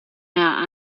now